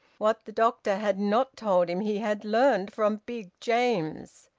what the doctor had not told him he had learned from big james.